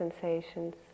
sensations